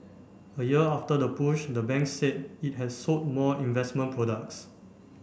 a year after the push the bank said it has sold more investment products